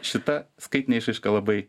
šita skaitinė išraiška labai